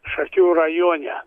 šakių rajone